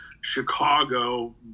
Chicago